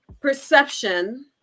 perception